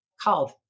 called